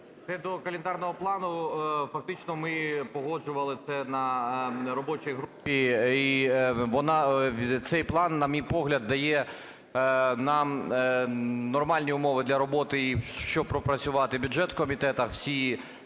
до календарного плану. Фактично ми погоджували це на робочій групі і цей план, на мій погляд, дає нам нормальні умови для роботи, щоб пропрацювати бюджет в комітетах,